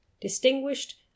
distinguished